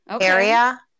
area